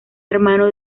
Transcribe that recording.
hermano